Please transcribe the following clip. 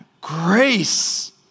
grace